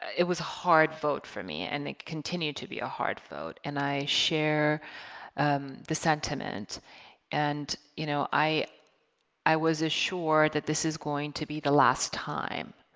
it was a hard vote for me and they continued to be a hard vote and i share the sentiment and you know i i was assured that this is going to be the last time